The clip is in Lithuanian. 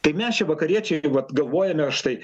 tai mes čia vakariečiai irgi vat galvojame štai